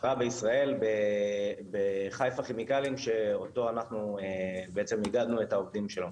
--- בישראל בחיפה כימיקלים שאיגדנו את העובדים שלו.